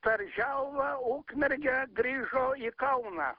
per želvą ukmergę grįžo į kauną